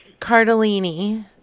Cardellini